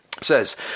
Says